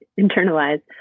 internalize